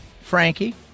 Frankie